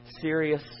serious